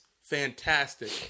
Fantastic